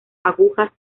agujas